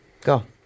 Go